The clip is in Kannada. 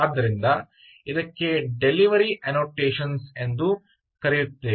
ಆದ್ದರಿಂದ ಇದಕ್ಕೆ ಡೆಲಿವರಿ ಅನ್ನೋಟೇಶನ್ಸ್ ಎಂದು ಕರೆಯಲ್ಪಡುವವು